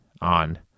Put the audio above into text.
on